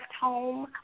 home